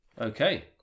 Okay